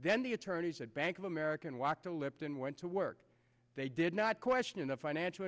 then the attorneys at bank of america and walk to lipton went to work they did not question the financial